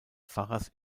pfarrers